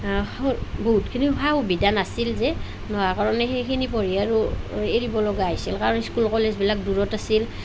বহুতখিনি সা সুবিধা নাছিল যে নোহোৱাৰ কাৰণে সেইখিনি পঢ়ি আৰু এৰিব লগা হৈছিল কাৰণ স্কুল কলেজবিলাক দূৰত আছিল